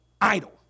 idle